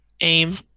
aim